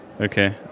Okay